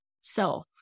self